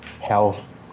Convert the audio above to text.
health